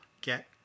get